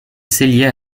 cellier